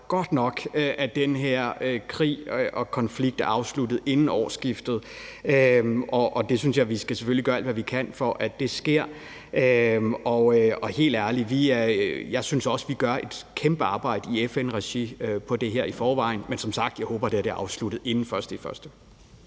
godt nok, at den her krig og konflikt er afsluttet inden årsskiftet, og jeg synes, at vi selvfølgelig skal gøre alt, hvad vi kan for, at det sker. Helt ærlig synes jeg også, at vi i forvejen gør et kæmpe arbejde i FN-regi på det her område, men som sagt håber jeg, det her er afsluttet inden den 1.